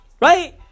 Right